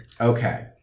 Okay